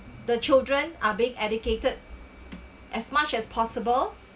the children are being educated as much as possible